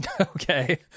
Okay